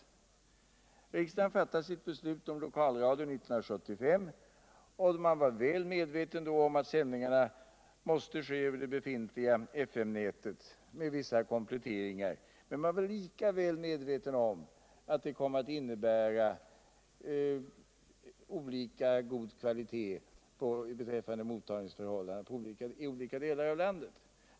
Riksdagen fattade sitt beslut om lokalradion år 1975, och man var då medveten om alt sändningarna måste ske över det befintliga FM-nätet med vissa kompletteringar. Men man var lika väl medveten om att det skulle innebära olika god kvalitet beträffande mottagningsförhållandena i olika delar av landet.